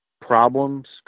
problems